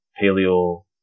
paleo